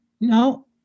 No